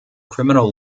criminal